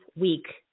Week